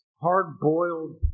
hard-boiled